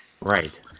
Right